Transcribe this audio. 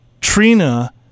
Trina